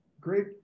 great